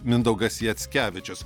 mindaugas jackevičius